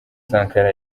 sankara